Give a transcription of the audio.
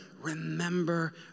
remember